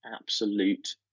absolute